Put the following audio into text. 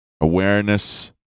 Awareness